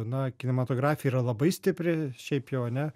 na kinematografija yra labai stipri šiaip jau ane